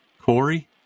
Corey